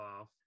off